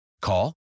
Call